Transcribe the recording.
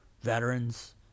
veterans